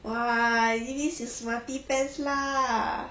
!wah! it means is smarty pants lah